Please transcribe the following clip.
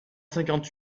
cinquante